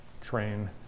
train